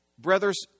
brothers